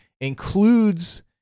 includes